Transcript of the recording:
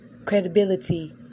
Credibility